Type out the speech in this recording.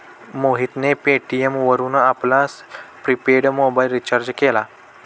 मोहितने पेटीएम वरून आपला प्रिपेड मोबाइल रिचार्ज केला